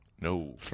No